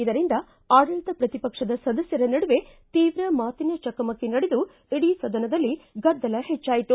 ಇದರಿಂದ ಆಡಳಿತ ಪ್ರತಿಪಕ್ಷದ ಸದಸ್ವರ ನಡುವೆ ತೀವ್ರ ಮಾತಿನ ಚಕಮಕಿ ನಡೆದು ಇಡೀ ಸದನದಲ್ಲಿ ಗದ್ದಲ ಹೆಚ್ಚಾಯಿತು